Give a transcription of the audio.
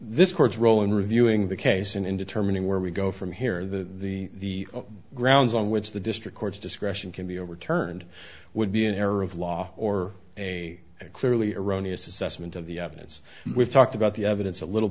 this court's role in reviewing the case and in determining where we go from here the the grounds on which the district court's discretion can be overturned would be an error of law or a clearly erroneous assessment of the evidence we've talked about the evidence a little